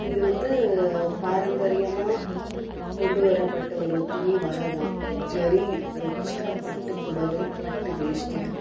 இது வந்து பாரம்பரியமாக கொண்டுவரப்பட்ட ஒரு துணி வகை தான் ஜரி வச்சு பட்டு புடவை பட்டு வேஷ்டிகள்